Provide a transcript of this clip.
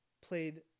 played